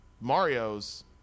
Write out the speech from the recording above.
Mario's